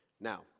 Now